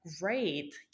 great